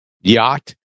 yacht